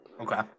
Okay